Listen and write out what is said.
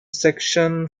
section